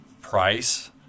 price